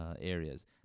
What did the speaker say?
areas